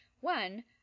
One